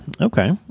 Okay